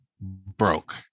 broke